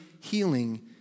healing